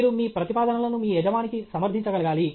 మీరు మీ ప్రతిపాదనలను మీ యజమానికి సమర్థించగలగాలి